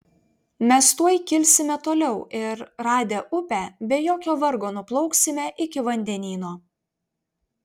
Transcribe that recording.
mes tuoj kilsime toliau ir radę upę be jokio vargo nuplauksime iki vandenyno